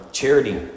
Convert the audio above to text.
charity